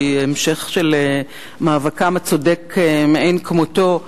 שהיא המשך של מאבקם הצודק מאין כמותו.